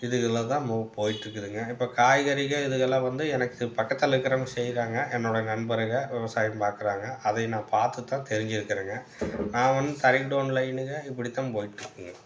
இதுகளில்தான் போயிட்டு இருக்குதுங்க இப்போ காய்கறிகள் இதுகள்லாம் வந்து எனக்கு பக்கத்துல இருக்கிறவங்க செய்கிறாங்க என்னோடய நண்பருங்க விவசாயம் பார்க்குறாங்க அதை நான் பார்த்துத்தான் தெரிஞ்சிருக்கிறேங்க நான் வந் தறி குடோன் லைனுங்க இப்படித்தான் போயிட்டு இருக்குங்க